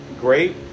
great